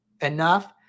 enough